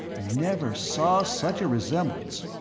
never saw such a resemblance.